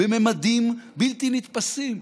בממדים בלתי נתפסים.